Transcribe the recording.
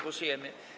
Głosujemy.